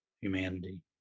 humanity